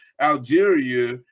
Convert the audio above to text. Algeria